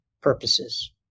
purposes